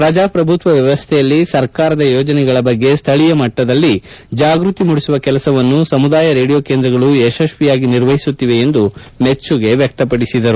ಪ್ರಜಾಪ್ರಭುತ್ವ ವ್ಯವಸ್ಥೆಯಲ್ಲಿ ಸರ್ಕಾರದ ಯೋಜನೆಗಳ ಬಗ್ಗೆ ಸ್ಥಳೀಯ ಮಟ್ಟದಲ್ಲಿ ಜಾಗೃತಿ ಮೂಡಿಸುವ ಕೆಲಸವನ್ನು ಸಮುದಾಯ ರೇಡಿಯೋ ಕೇಂದ್ರಗಳು ಯಶಸ್ತಿಯಾಗಿ ನಿರ್ವಹಿಸುತ್ತಿವೆ ಎಂದು ಹೇಳಿದರು